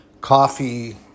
coffee